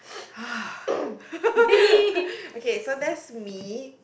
okay so there's me